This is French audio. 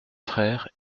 frères